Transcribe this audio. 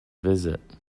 visit